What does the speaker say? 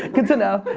good to know.